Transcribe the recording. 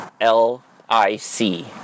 L-I-C